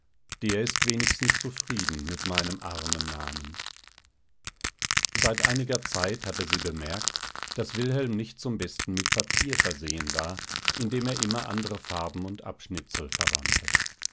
der ist wenigstens zufrieden mit meinem armen namen seit einiger zeit hatte sie bemerkt daß wilhelm nicht zum besten mit papier versehen war indem er immer andere farben und abschnitzel verwandte